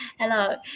Hello